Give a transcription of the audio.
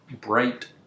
bright